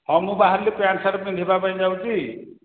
ହଉ ମୁଁ ବାହାରିଲି ପ୍ୟାଣ୍ଟ୍ ସାର୍ଟ୍ ପିନ୍ଧିବା ପାଇଁ ଯାଉଛି